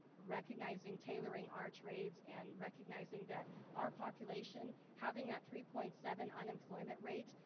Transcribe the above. recognizing, tailoring our trades, and recognizing that our population, having that three point seven unemployment rate,